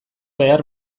behar